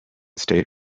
state